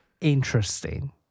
interesting